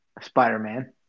Spider-Man